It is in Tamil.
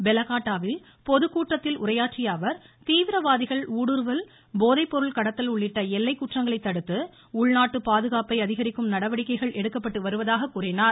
பெலகாட்டாவில் பொதுக்கூட்டத்தில் தீவிரவாதிகள் ஊடுருவல் போதைப்பொருள் கடத்தல் உள்ளிட்ட எல்லைக் குற்றங்களை தடுத்து உள்நாட்டுப் பாதுகாப்பை அதிகரிக்கும் நடவடிக்கைகள் எடுக்கப்பட்டு வருவதாக கூறினார்